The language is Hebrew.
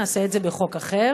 נעשה את זה בחוק אחר,